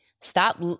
stop